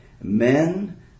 Men